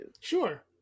Sure